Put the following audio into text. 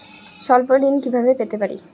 স্বল্প ঋণ কিভাবে পেতে পারি?